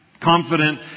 confident